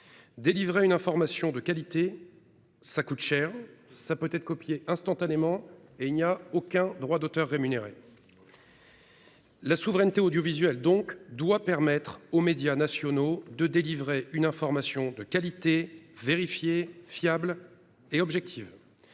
Délivrer une information de qualité coûte cher, peut être copié instantanément et ne s'accompagne pas de droits d'auteur rémunérés. La souveraineté audiovisuelle doit permettre aux médias nationaux de délivrer une information de qualité, vérifiée, fiable et objective.